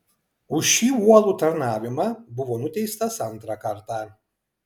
už šį uolų tarnavimą buvo nuteistas antrą kartą